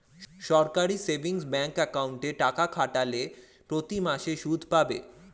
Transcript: সরাসরি savings bank অ্যাকাউন্টে টাকা খাটালে প্রতিমাসে সুদ পাবে